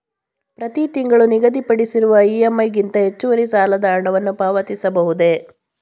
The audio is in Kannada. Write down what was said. ಪ್ರತಿ ತಿಂಗಳು ನಿಗದಿಪಡಿಸಿರುವ ಇ.ಎಂ.ಐ ಗಿಂತ ಹೆಚ್ಚುವರಿ ಸಾಲದ ಹಣವನ್ನು ಪಾವತಿಸಬಹುದೇ?